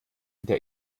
der